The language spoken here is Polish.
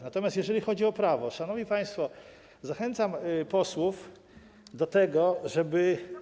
Natomiast jeżeli chodzi o prawo, szanowni państwo, zachęcam posłów do tego, żeby.